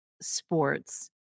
sports